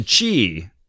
chi